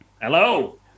Hello